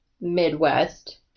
Midwest